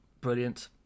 brilliant